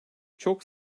çok